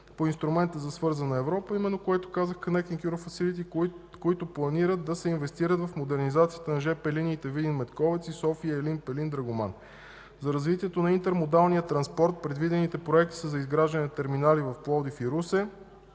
по инструмента за „Свързана Европа”, именно, което казах –„Кънектинг Юръп фасилити”, които се планира да се инвестират в модернизацията на жп линиите Видин – Медковец и София – Елин Пелин – Драгоман. За развитието на интермодалния транспорт предвидените проекти са за изграждане на терминали в Пловдив и Русе.